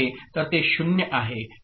तर ते 0 आहे